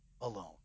alone